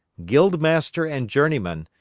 guild-master and journeyman,